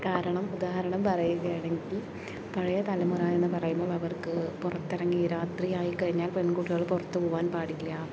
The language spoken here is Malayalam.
കാരണം ഉദാഹരണം പറയുകയാണെങ്കിൽ പഴയ തലമുറ എന്ന് പറയുന്നത് അവർക്ക് പുറത്ത് ഇറങ്ങി രാത്രിയായി കഴിഞ്ഞാൽ പെൺകുട്ടികൾ പുറത്ത് പോകാൻ പാടില്ല